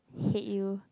hate you